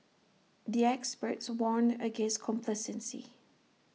the experts warned against complacency